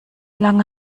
lange